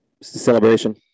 celebration